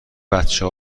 بچه